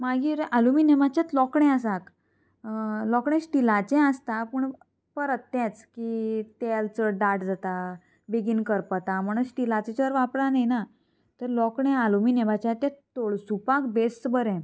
मागीर एलुमिनियमाचेच लोकणें आसा लोकणें स्टिलाचे आसता पूण परत तेंच की तेल चड दाट जाता बेगीन करपता म्हणून स्टिलाचे जड वापरान येना तर लोकणें एलुमिनियमाच्या ते तोळसुपाक बेस बरें